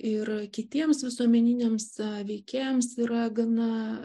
ir kitiems visuomeniniams veikėjams yra gana